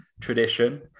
tradition